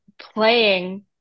playing